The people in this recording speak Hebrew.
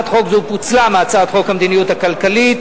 חוק זו פוצלה מהצעת חוק המדיניות הכלכלית.